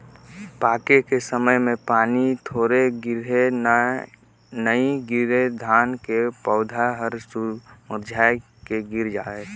पाके के समय मे पानी थोरहे गिरही य नइ गिरही त धान के पउधा हर मुरझाए के गिर जाथे